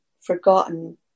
forgotten